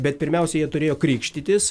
bet pirmiausia jie turėjo krikštytis